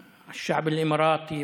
הערבית,